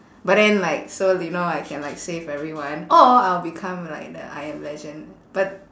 but then like so you know I can like save everyone or I will become like the I am legend but